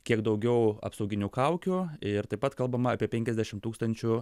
kiek daugiau apsauginių kaukių ir taip pat kalbama apie penkiasdešimt tūkstančių